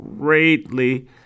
greatly